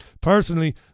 Personally